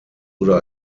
oder